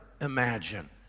imagine